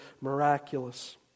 miraculous